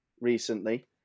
recently